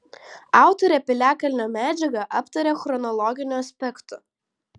autorė piliakalnio medžiagą aptaria chronologiniu aspektu